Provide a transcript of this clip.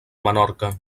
menorca